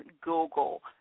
Google